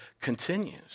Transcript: continues